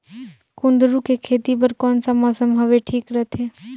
कुंदूरु के खेती बर कौन सा मौसम हवे ठीक रथे?